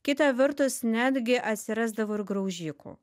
kita vertus netgi atsirasdavo ir graužikų